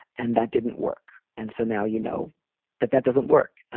and that didn't work. and so now you know that that doesn't work.